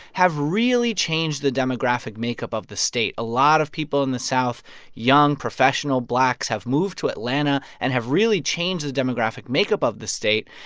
have really changed the demographic makeup of the state. a lot of people in the south young professional blacks have moved to atlanta and have really changed the demographic makeup of the state.